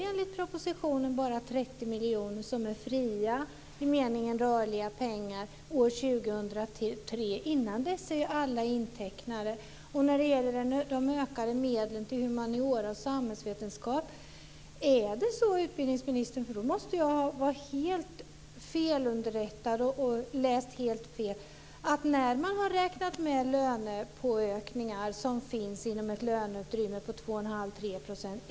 Enligt propositionen är det bara 30 miljoner som är fria i meningen rörliga pengar år 2003. Innan dess är alla medel intecknade. Utbildningsministern tar upp detta med ökade medel till humaniora och samhällsvetenskap. Är det verkligen så mycket mer pengar, när man har räknat med löneökningar inom ett löneutrymme på 2,5-3 %?